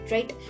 Right